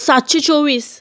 सातशे चोवीस